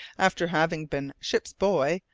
after having been ship's boy,